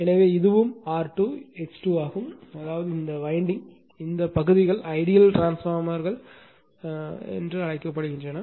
எனவே இதுவும் R2 X2 ஆகும் அதாவது இந்த வைண்டிங் இந்த பகுதிகள் ஐடியல் டிரான்ஸ்பார்மர்கள் என்று அழைக்கின்றன